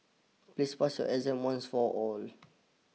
please pass your exam once for all